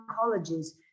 colleges